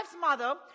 mother